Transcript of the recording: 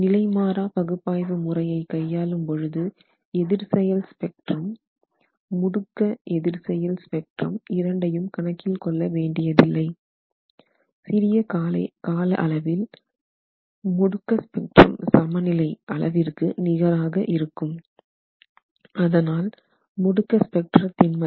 நிலை மாறா பகுப்பாய்வு முறையை கையாளும் போது எதிர்செயல் ஸ்பெக்ட்ரம் முடுக்க எதிர்செயல் ஸ்பெக்ட்ரம் இரண்டையும் கணக்கில் கொள்ள வேண்டியதில்லை சிறிய கால அளவில் முடுக்க ஸ்பெக்ட்ரம் சமநிலை அளவிற்கு நிகராக இருக்கும் அதனால் முடுக்க ஸ்பெக்ட்ரத்தின் மதிப்பு 2